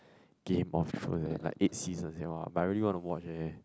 Game of Thrones and like eight seasons eh !wah! but I really want to watch eh